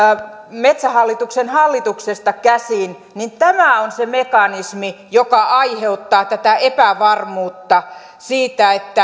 metsähallituksen hallituksesta käsin niin tämä on se mekanismi joka aiheuttaa tätä epävarmuutta siitä